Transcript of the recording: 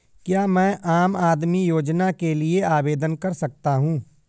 क्या मैं आम आदमी योजना के लिए आवेदन कर सकता हूँ?